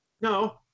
No